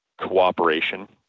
cooperation